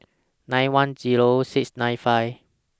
nine one Zero six nine five